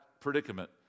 predicament